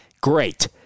Great